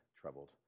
troubled